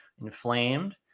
inflamed